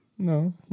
No